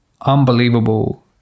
unbelievable